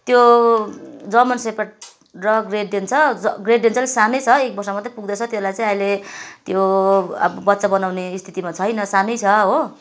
त्यो German shepherd र great Dane छ ज ग्रेट डेन चाहिँ अलिक सानै छ एक वर्ष मात्रै पुग्दैछ त्यसलाई चाहिँ अहिले त्यो अब बच्चा बनाउने स्थितिमा छैन सानै छ हो